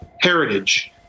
heritage